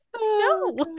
no